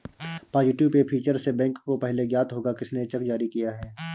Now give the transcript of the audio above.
positive pay feature से bank को पहले ज्ञात होगा किसने चेक जारी किया है